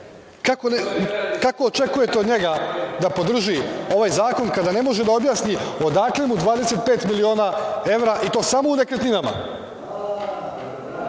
Kako očekujete od njega da podrži ovaj zakon, kada ne može da objasni odakle mu 25 miliona evra i to samo u nekretninama?